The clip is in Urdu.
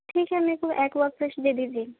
ٹھیک ہے میرے کو اکوافریش دیے دیجئے